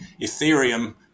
Ethereum